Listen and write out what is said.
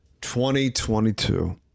2022